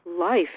life